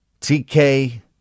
TK